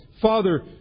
Father